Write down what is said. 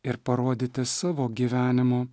ir parodyti savo gyvenimo